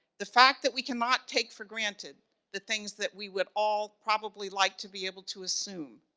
the fact that we cannot take for granted the things that we would all probably like to be able to assume.